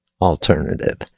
alternative